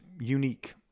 unique